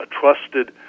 trusted